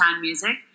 music